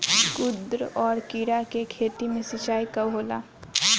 कदु और किरा के खेती में सिंचाई कब होला?